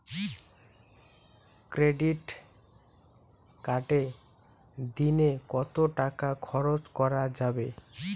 Credit কার্ডে দিনে কত টাকা খরচ করা যাবে?